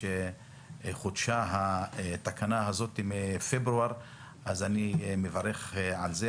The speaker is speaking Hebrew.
שחודשה התקנה הזאת מאז פברואר 2022. אני מברך על כך.